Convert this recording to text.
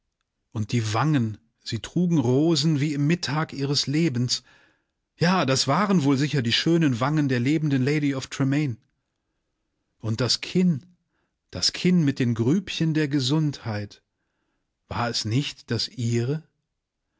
und die wangen sie trugen rosen wie im mittag ihres lebens ja das waren wohl sicher die schönen wangen der lebenden lady of tremaine und das kinn das kinn mit den grübchen der gesundheit war es nicht das ihre